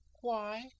Why